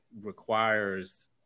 requires